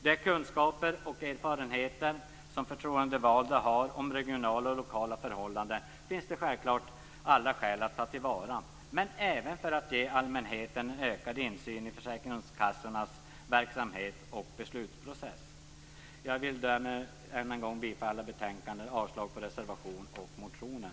De kunskaper och erfarenheter som en förtroendevald har om regionala och lokala förhållanden finns det alla skäl att ta till vara, men även för att ge allmänheten en ökad insyn i försäkringskassornas verksamhet och beslutsprocess. Jag yrkar än en gång bifall till hemställan i betänkandet och avslag på reservationen och motioner.